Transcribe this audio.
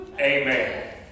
Amen